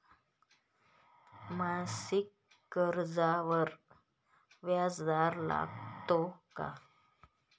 मासिक कर्जावर व्याज दर लागतो का?